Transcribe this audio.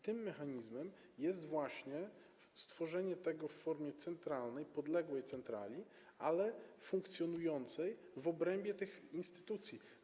Tym mechanizmem jest właśnie stworzenie tego w formie centralnej, podległej centrali, ale funkcjonującej w obrębie tych instytucji.